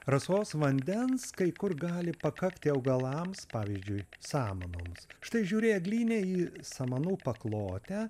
rasos vandens kai kur gali pakakti augalams pavyzdžiui samanoms štai žiūri eglyne į samanų paklotę